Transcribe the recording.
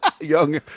Young